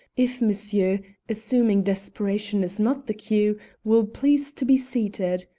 if monsieur assuming desperation is not the cue will please to be seated